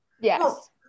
Yes